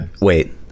Wait